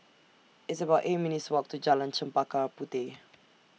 It's about eight minutes' Walk to Jalan Chempaka Puteh